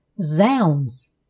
Zounds